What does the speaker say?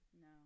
No